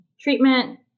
treatment